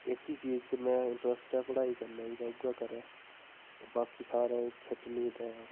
इक ही चीज़ में इंट्रस्ट ऐ पढ़ाई करने च ते उ'यै करै ते बाकी सारें च खिट नी देऐ